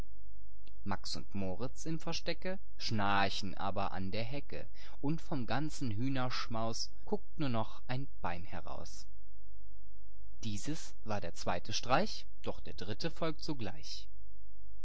max und moritz im verstecke schnarchen aber an der hecke und vom ganzen hühnerschmaus guckt nur noch ein bein heraus dieses war der zweite streich doch der dritte folgt sogleich